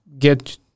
get